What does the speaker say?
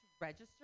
register